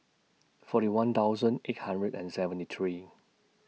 forty one thousand eight hundred and seventy three